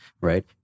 right